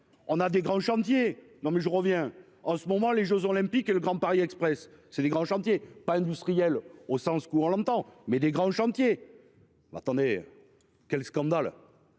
On a des grands chantiers. Non mais je reviens en ce moment les Jeux olympiques et le Grand Paris Express. C'est des grands chantiers pas industrielle au sens courant longtemps mais des grands chantiers. Là tu en es. Quel scandale.